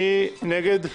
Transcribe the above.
מי נגד?